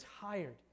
tired